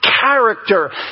character